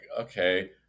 okay